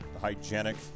hygienic